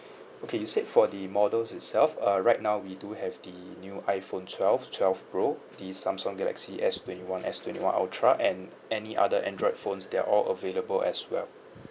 okay you said for the models itself uh right now we do have the new iphone twelve twelve pro the samsung galaxy S twenty one S twenty one ultra and any other android phones they are all available as well